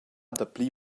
dapli